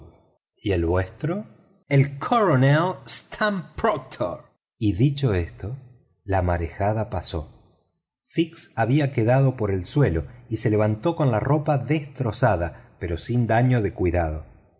y el vuestro el coronel stamp proctor y dicho esto la marejada pasó fix había quedado por el suelo y se levantó con la ropa destrozada pero sin daño de cuidado